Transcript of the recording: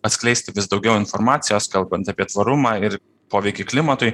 atskleisti vis daugiau informacijos kalbant apie tvarumą ir poveikį klimatui